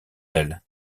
elle